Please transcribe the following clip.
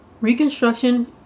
Reconstruction